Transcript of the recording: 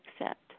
accept